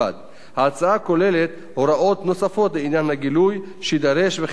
ההצעה כוללת הוראות נוספות לעניין הגילוי שיידרש וכן קובעת